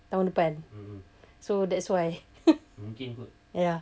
tahun depan so that's why ya